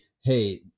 hey